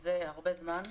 טוב.